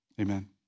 amen